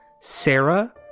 Sarah